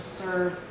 serve